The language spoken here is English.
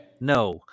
No